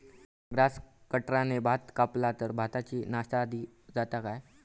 Grass कटराने भात कपला तर भाताची नाशादी जाता काय?